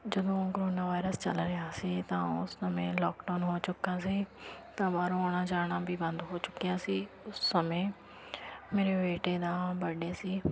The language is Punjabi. ਜਦੋਂ ਕਰੋਨਾ ਵਾਇਰਸ ਚੱਲ ਰਿਹਾ ਸੀ ਤਾਂ ਓਸ ਸਮੇਂ ਲੋਕਡਾਊਨ ਹੋ ਚੁੱਕਾ ਸੀ ਤਾਂ ਬਾਹਰੋਂ ਆਉਣਾ ਜਾਣਾ ਵੀ ਬੰਦ ਹੋ ਚੁੱਕਿਆ ਸੀ ਉਸ ਸਮੇਂ ਮੇਰੇ ਬੇਟੇ ਦਾ ਬਰਡੇ ਸੀ